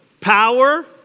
Power